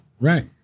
Right